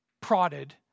prodded